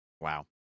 wow